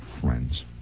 friends